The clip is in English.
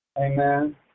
Amen